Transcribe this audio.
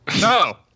No